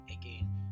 again